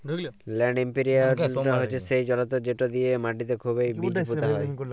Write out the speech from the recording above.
land imprinter হছে সেই জলতর্ যেট দিঁয়ে মাটিতে খুবই বীজ পুঁতা হয়